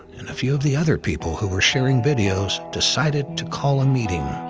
and a few of the other people who were sharing videos, decided to call a meeting.